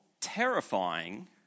terrifying